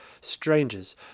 strangers